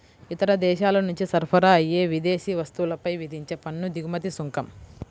ఇతర దేశాల నుంచి సరఫరా అయ్యే విదేశీ వస్తువులపై విధించే పన్ను దిగుమతి సుంకం